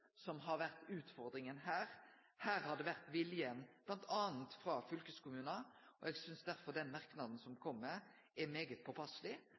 som har vore utfordringa her. Her har det vore viljen, bl.a. frå fylkeskommunanes side. Eg synest derfor merknaden som kom, er